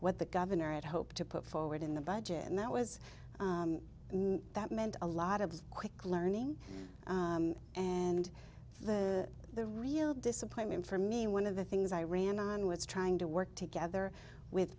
what the governor at hope to put forward in the budget and that was that meant a lot of quick learning and the the real disappointment for me one of the things i ran on was trying to work together with